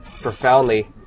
profoundly